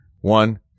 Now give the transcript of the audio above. One